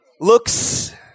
Looks